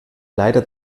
leider